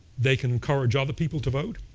they can encourage other people to vote.